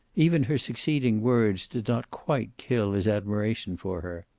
even her succeeding words did not quite kill his admiration for her.